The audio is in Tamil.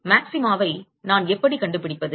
மாக்சிமாவை நான் எப்படி கண்டுபிடிப்பது